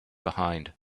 behind